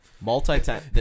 Multi-time